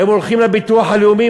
הם הולכים לביטוח הלאומי,